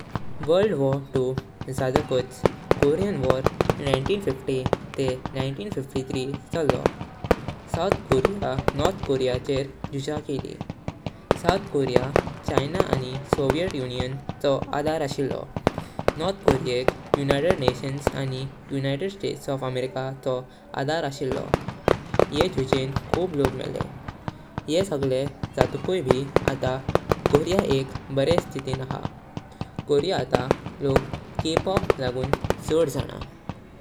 World war दोन जातकुच Korean war एकोणीसशे पन्नास ते एकोणीसशे त्रेचाळीस चाल्लो। साउथ कोरीयाम आणि नॉर्थ कोरीया चेेरे जूज़ा केली। साउथ कोर्याका चायना आणी सोवियत युनियन चो अद्धार आशिलो। नॉर्थ कोर्याका युनायटेड नेशन्स आणी युनायटेड स्टेट्स ऑफ अमेरिके चो अद्धार आशिलो। यें जुजें खूप लोक म्येले। यें सगले जातकुय भी अत्ता कोरीया एक बरे स्थितीन आसा। कोरीया अत्ता लोक के-पॉप लागून चाड ज़ाणा।